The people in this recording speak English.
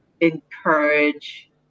encourage